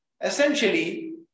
Essentially